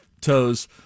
toes